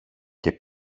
και